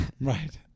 right